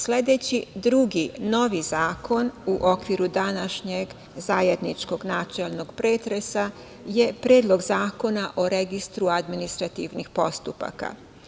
Sledeći novi zakon u okviru današnjeg zajedničkog načelnog pretresa je Predlog zakona o registru administrativnih postupaka.